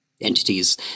entities